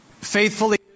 faithfully